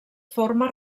forma